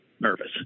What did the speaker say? nervous